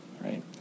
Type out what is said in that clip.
right